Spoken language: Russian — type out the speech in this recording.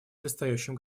предстоящем